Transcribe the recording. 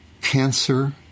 cancer